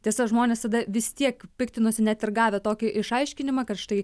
tiesa žmonės tada vis tiek piktinosi net ir gavę tokį išaiškinimą kad štai